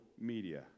media